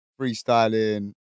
freestyling